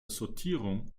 sortierung